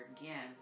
again